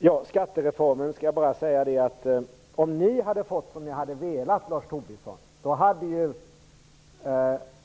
Angående skattereformen vill jag bara säga att om ni hade fått som ni hade velat, Lars Tobisson, hade